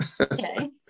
Okay